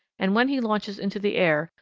and when he launches into the air,